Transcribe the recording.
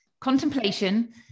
contemplation